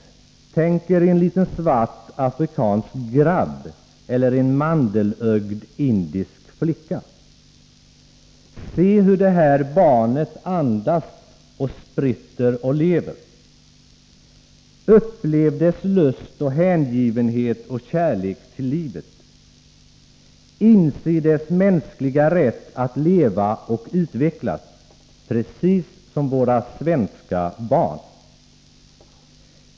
Tänk er en liten svart afrikansk grabb eller en mandelögd indisk flicka! Se, hur det här barnet andas och spritter och lever. Upplev dess lust och hängivenhet och kärlek till livet. Inse dess mänskliga rätt att leva och utvecklas — precis som våra svenska barn.